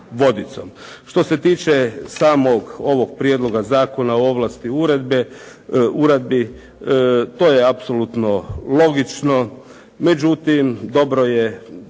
Što se tiče samog ovog Prijedloga zakona o ovlasti uredbi, to je apsolutno logično, međutim dobro je